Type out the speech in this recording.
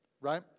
Right